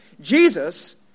Jesus